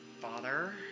Father